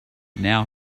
now